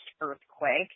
earthquake